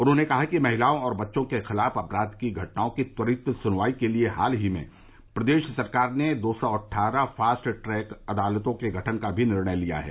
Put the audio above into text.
उन्होंने कहा कि महिलाओं और बच्चों के खिलाफ अपराध की घटनाओं की त्वरित सुनवाई के लिए हाल ही में प्रदेश सरकार ने दो सौ अट्गरह फास्ट ट्रैक अदालतों के गठन का भी निर्णय किया है